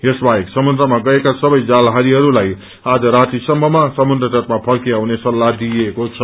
यस बाहेक समुन्द्रमा गएका सबे जालहारीहरूलाई आज रातिसम्ममा समुन्द्र तटमा फर्की आउने सल्लाह दिइएको छ